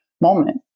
moment